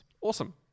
Awesome